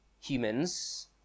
humans